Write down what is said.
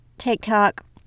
tiktok